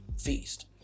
feast